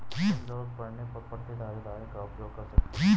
तुम ज़रूरत पड़ने पर प्रतिधारित आय का उपयोग कर सकती हो